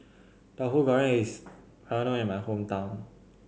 Tahu Goreng is well known in my hometown